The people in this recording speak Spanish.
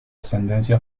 ascendencia